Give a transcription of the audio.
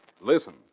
listen